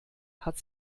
hat